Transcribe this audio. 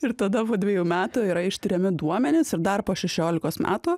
ir tada po dviejų metų yra ištiriami duomenys ir dar po šešiolikos metų